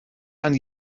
and